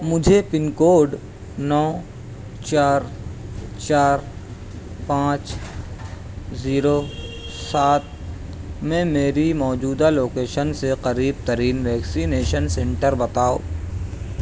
مجھے pin code نو چار چار پانچ زیرو سات میں میری موجودہ لوکیشن سے قریب ترین ویکسینیشن سنٹر بتاؤ